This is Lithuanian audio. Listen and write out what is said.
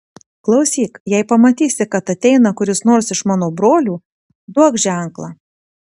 klausyk jei pamatysi kad ateina kuris nors iš mano brolių duok ženklą